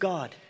God